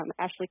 ashley